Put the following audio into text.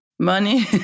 Money